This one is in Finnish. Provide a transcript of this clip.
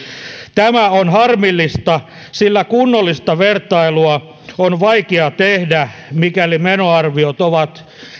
tämä on harmillista sillä kunnollista vertailua on vaikea tehdä mikäli menoarviot ovat